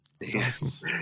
Yes